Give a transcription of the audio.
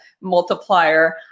multiplier